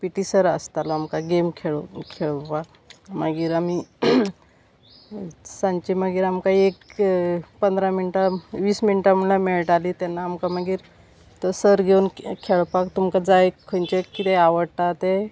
PT sir आसतालो आमकां game खेळो खेळोपाक मागीर आमी सांची मागीर आमकां एक पंदरा मिनटां वीस मिनटां म्हणल्यार मेळटाली तेन्ना आमकां मागीर तो सर घेवन खेळपाक तुमकां जाय खंयचे कितें आवडटा ते